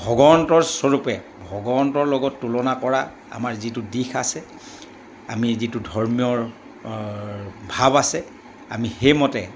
ভগৱন্তৰ স্বৰূপে ভগৱন্তৰ লগত তুলনা কৰা আমাৰ যিটো দিশ আছে আমি যিটো ধৰ্মীয় ভাৱ আছে আমি সেইমতে